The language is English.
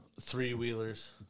three-wheelers